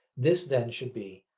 this then should be